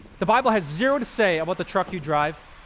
the bible has zero to say about the truck you drive,